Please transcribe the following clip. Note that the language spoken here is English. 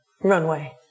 Runway